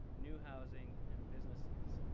new housing, and businesses.